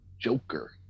Joker